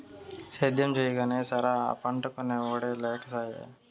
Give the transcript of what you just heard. సేద్యం చెయ్యగానే సరా, ఆ పంటకొనే ఒడే లేకసాయే